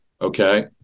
Okay